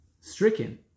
stricken